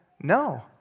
no